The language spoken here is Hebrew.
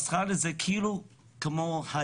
באוסטרליה זה כאילו ה-DNA.